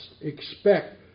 expect